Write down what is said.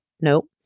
Nope